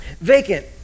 Vacant